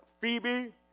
Phoebe